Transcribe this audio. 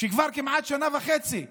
שכבר כמעט שנה וחצי בכלא,